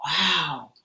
wow